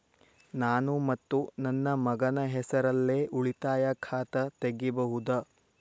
ನಾನು ಮತ್ತು ನನ್ನ ಮಗನ ಹೆಸರಲ್ಲೇ ಉಳಿತಾಯ ಖಾತ ತೆಗಿಬಹುದ?